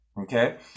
Okay